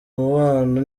umubano